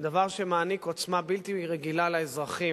זה דבר שמעניק עוצמה בלתי רגילה לאזרחים,